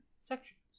sections